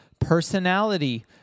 personality